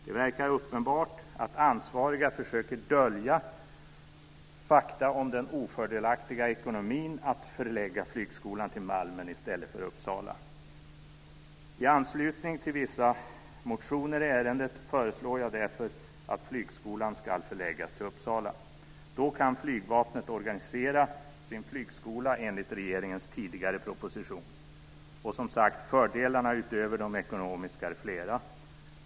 Det verkar uppenbart att ansvariga försöker dölja fakta om den ofördelaktiga ekonomin i att förlägga flygskolan till Malmen i stället för Uppsala. I anslutning till vissa motioner i ärendet föreslår jag därför att flygskolan ska förläggas till Uppsala. Då kan Flygvapnet organisera sin flygskola enligt regeringens tidigare proposition. Fördelarna utöver de ekonomiska är som sagt flera.